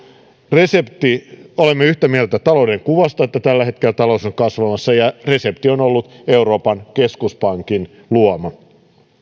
olemme yhtä mieltä talouden kuvasta että tällä hetkellä talous on kasvamassa ja resepti on ollut euroopan keskuspankin luoma